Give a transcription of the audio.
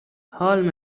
حال